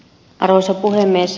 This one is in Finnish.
arvoisa puhemies